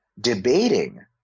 debating